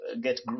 get